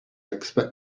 expect